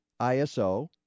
ISO